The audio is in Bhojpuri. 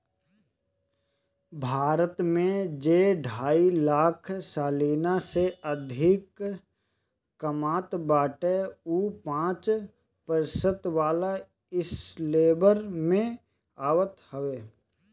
भारत में जे ढाई लाख सलीना से अधिका कामत बाटे उ पांच प्रतिशत वाला स्लेब में आवत हवे